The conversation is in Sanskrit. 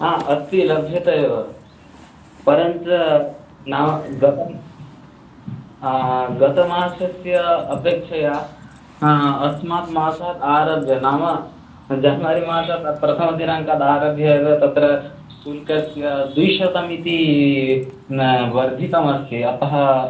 हा अस्ति लभ्यते एव परञ्च नाम गतं गतमासस्य अपेक्षया अस्माद् मासाद् आरभ्य नाम जन्वरिमासात् प्रथमदिनाङ्कादारभ्य एव तत्र शुल्कस्य द्विशतमिति न वर्धितमस्ति अतः